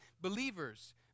believers